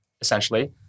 essentially